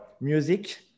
music